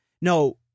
No